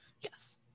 yes